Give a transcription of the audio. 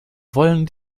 wollen